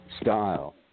style